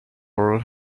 oral